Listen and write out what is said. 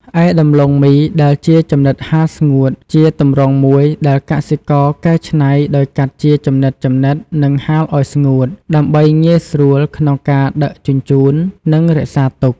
ឯដំឡូងមីដែលជាចំណិតហាលស្ងួត ជាទម្រង់មួយដែលកសិករកែច្នៃដោយកាត់ជាចំណិតៗ និងហាលឲ្យស្ងួត ដើម្បីងាយស្រួលក្នុងការដឹកជញ្ជូន និងរក្សាទុក។